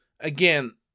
Again